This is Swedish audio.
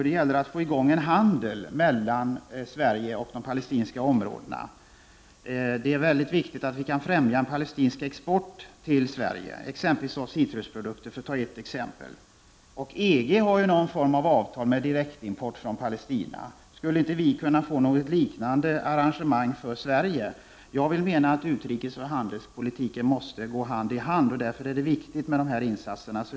Det är att få i gång en handel mellan Sverige och de palestinska områdena. Det är mycket viktigt att vi kan främja en palestinsk export till Sverige, exempelvis av citrusprodukter. EG har någon form av avtal som medger direktimport fiån Palestina. Skulle inte vi kunna få något liknande arrangemang för Sverige? Jag vill mena att utrikesoch handelspolitiken måste gå hand i hand. Därför är det viktigt med dessa insatser.